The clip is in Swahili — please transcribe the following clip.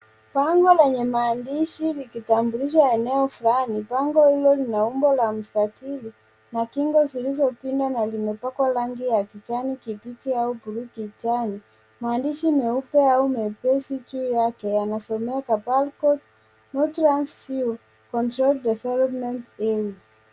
Bango lenye maandishi likitambulisha eneo fulani. Bango hilo lina umbo la mstakili kingo zilizo pinda na limepakwa rangi la kijani kibichi au bluu kijani. Maandishi meupe au mepesi juu yake yanasomeka pearl Court portland view